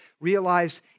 realized